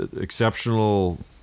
exceptional